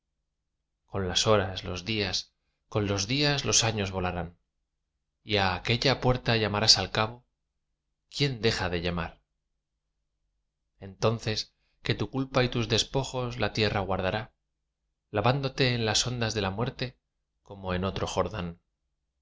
con las horas los días con los días los años volarán y á aquella puerta llamarás al cabo quién deja de llamar entonces que tu culpa y tus despojos la tierra guardará lavándote en las ondas de la muerte como en otro jordán allí